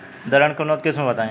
दलहन के उन्नत किस्म बताई?